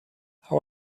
how